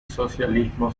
socialismo